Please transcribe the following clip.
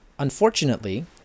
Unfortunately